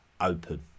open